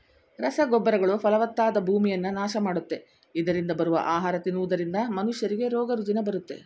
ರಸಗೊಬ್ಬರಗಳು ಫಲವತ್ತಾದ ಭೂಮಿಯನ್ನ ನಾಶ ಮಾಡುತ್ತೆ, ಇದರರಿಂದ ಬರುವ ಆಹಾರ ತಿನ್ನುವುದರಿಂದ ಮನುಷ್ಯರಿಗೆ ರೋಗ ರುಜಿನ ಬರುತ್ತೆ